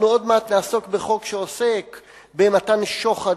ועוד מעט נעסוק בחוק שעוסק במתן שוחד